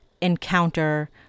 encounter